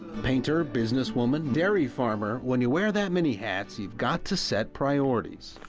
painter, businesswoman, dairy farmer, when you wear that many hats you've got to set priorities.